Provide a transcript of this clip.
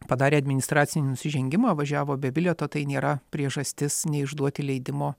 padarė administracinį nusižengimą važiavo be bilieto tai nėra priežastis neišduoti leidimo